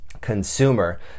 consumer